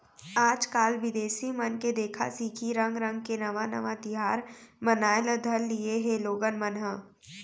आजकाल बिदेसी मन के देखा सिखी रंग रंग के नावा नावा तिहार मनाए ल धर लिये हें लोगन मन ह